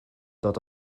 dod